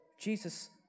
Jesus